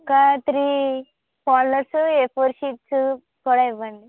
ఒక three folders A four sheets కూడా ఇవ్వండి